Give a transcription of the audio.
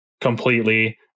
completely